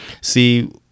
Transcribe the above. See